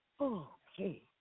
Okay